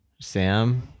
Sam